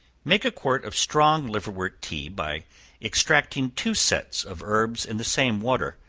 make a quart of strong liverwort tea by extracting two sets of herbs in the same water,